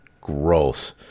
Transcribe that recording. Gross